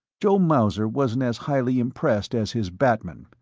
joe mauser wasn't as highly impressed as his batman.